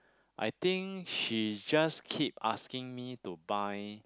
I think she just keep asking me to buy